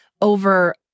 over